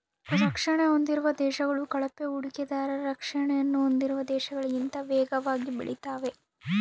ರಕ್ಷಣೆ ಹೊಂದಿರುವ ದೇಶಗಳು ಕಳಪೆ ಹೂಡಿಕೆದಾರರ ರಕ್ಷಣೆಯನ್ನು ಹೊಂದಿರುವ ದೇಶಗಳಿಗಿಂತ ವೇಗವಾಗಿ ಬೆಳೆತಾವೆ